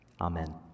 Amen